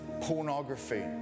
pornography